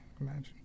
imagine